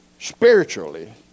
spiritually